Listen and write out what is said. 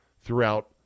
throughout